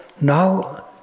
now